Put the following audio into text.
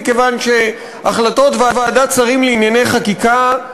מכיוון שהחלטות ועדת שרים לענייני חקיקה,